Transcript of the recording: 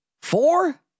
Four